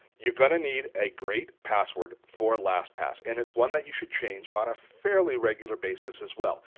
you're going to need a great password for lastpass and it's one that you should change on a fairly regular basis as well.